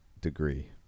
degree